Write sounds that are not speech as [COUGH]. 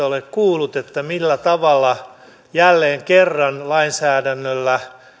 [UNINTELLIGIBLE] ole kuullut millä tavalla jälleen kerran lainsäädännöllä